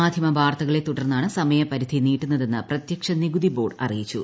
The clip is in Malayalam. മാധ്യമവാർത്തകളെത്തുടർന്നാണ് സമയപരിധി നീട്ടുന്നതെന്ന് പ്രത്യക്ഷ നികുതി ബോർഡ് അറിയിച്ചു